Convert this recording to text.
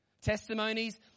Testimonies